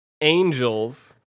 angels